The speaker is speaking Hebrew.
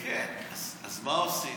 אז מה עושים?